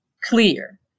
clear